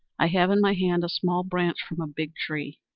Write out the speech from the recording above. i have in my hand a small branch from a big tree.